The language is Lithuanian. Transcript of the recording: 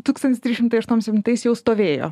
tūkstantis trys šimtai aštuom septintais jau stovėjo